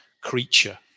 creature